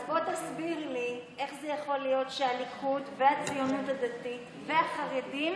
שאלה: אז בוא תסביר איך זה יכול להיות שהליכוד והציונות הדתית והחרדים